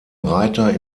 reiter